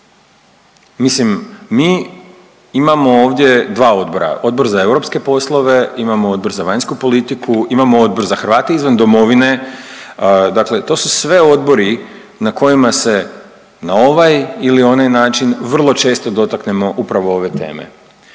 Mislim mi imamo ovdje dva odbora, Odbor za europske poslove, imamo Odbor za vanjsku politiku, imamo Odbor za Hrvate izvan Domovine. Dakle, to su sve odbori na kojima se na ovaj ili onaj način vrlo često dotaknemo upravo ove teme.